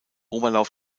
oberlauf